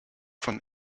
von